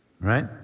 right